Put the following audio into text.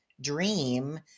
dream